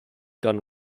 gun